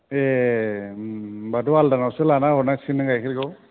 ए होमबाथ' आलदा नावसो लानानै हरनांसिगोन नों गायखेरखौ